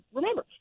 remember